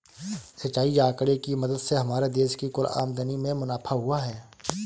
सिंचाई आंकड़े की मदद से हमारे देश की कुल आमदनी में मुनाफा हुआ है